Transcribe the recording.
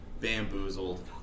bamboozled